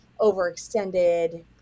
overextended